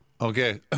okay